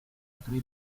tre